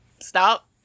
stop